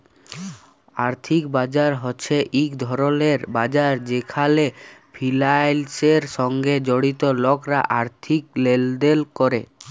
আর্থিক বাজার হছে ইক ধরলের বাজার যেখালে ফিলালসের সঙ্গে জড়িত লকরা আথ্থিক লেলদেল ক্যরে